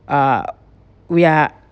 uh we are